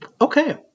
Okay